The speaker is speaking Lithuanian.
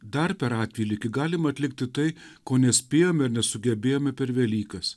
dar per atvelykį galima atlikti tai ko nespėjome ir nesugebėjome per velykas